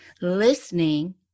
listening